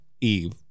Eve